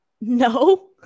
No